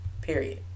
period